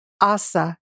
Asa